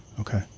okay